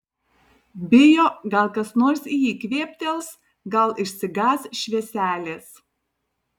bijo gal kas nors į jį kvėptels gal išsigąs švieselės